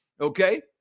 okay